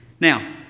Now